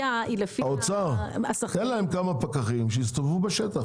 נציג האוצר, תן להם כמה פקחים שיסתובבו בשטח.